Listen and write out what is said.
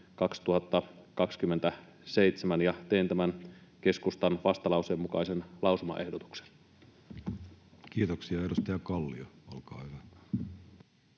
2024—2027.” Teen tämän keskustan vastalauseen mukaisen lausumaehdotuksen. Kiitoksia. — Edustaja Kallio, olkaa hyvä.